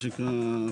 מה שנקרא,